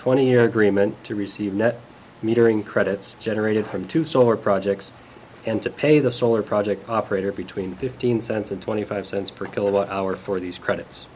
twenty year agreement to receive net metering credits generated from two solar projects and to pay the solar project operator between fifteen cents and twenty five cents per kilowatt hour for these credits